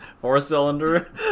four-cylinder